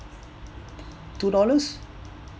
two dollars